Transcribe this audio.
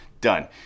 done